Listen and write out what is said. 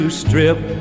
strip